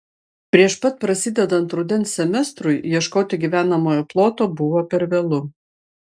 prieš pat prasidedant rudens semestrui ieškoti gyvenamojo ploto buvo per vėlu